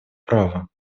права